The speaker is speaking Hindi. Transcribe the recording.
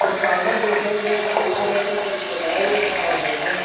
जब कागज देखेंगे चेक करेंगे तभी बताएँगे तब पास होगा